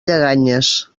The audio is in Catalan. lleganyes